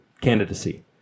candidacy